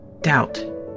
Doubt